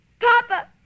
Papa